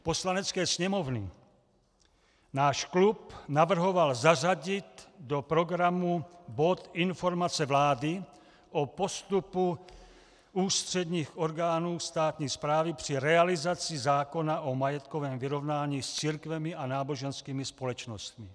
Poslanecké sněmovny náš klub navrhoval zařadit do programu bod Informace vlády o postupu ústředních orgánů státní správy při realizaci zákona o majetkovém vyrovnání s církvemi a náboženskými společnostmi.